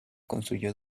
construyó